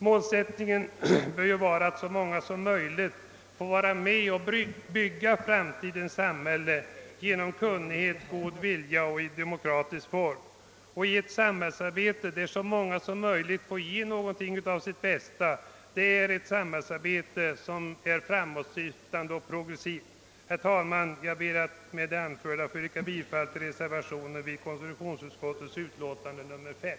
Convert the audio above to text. Målsättningen bör ju vara att så många som möjligt får vara med och bygga framtidens samhälle genom kunnighet och god vilja och i demokratisk form. Ett samhällsarbete där så många som möjligt får ge någonting av sitt bästa, det är ett samhällsarbete som är framåtsyftande och progressivt. Herr talman! Med det anförda ber jag att få yrka bifall till reservationen vid konstitutionsutskottets utlåtande nr 5.